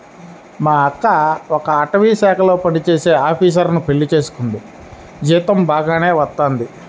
మా అక్క ఒక అటవీశాఖలో పనిజేసే ఆపీసరుని పెళ్లి చేసుకుంది, జీతం బాగానే వత్తది